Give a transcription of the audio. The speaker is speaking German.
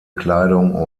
kleidung